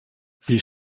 sie